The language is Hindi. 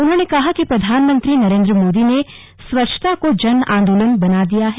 उन्होंने कहा कि प्रधानमंत्री नरेन्द्र मोदी ने स्वच्छता को जन आन्दोलन बना दिया है